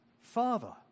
Father